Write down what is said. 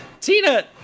Tina